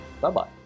bye-bye